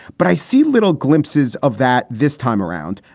but i see little glimpses of that this time around.